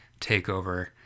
takeover